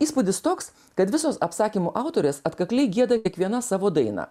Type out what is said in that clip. įspūdis toks kad visos apsakymų autorės atkakliai gieda kiekviena savo dainą